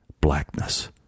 blackness